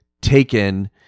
taken